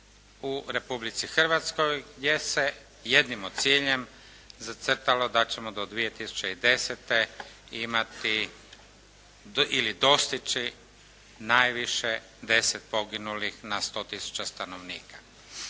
u Republici Hrvatskoj, gdje se jednim od ciljem zacrtalo da ćemo do 2010. imati ili dostići najviše 10 poginulih na 100000 stanovnika.